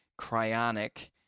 Cryonic